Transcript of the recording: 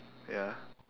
ya